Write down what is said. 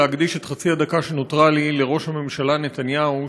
להקדיש את חצי הדקה שנותרה לי לראש הממשלה נתניהו,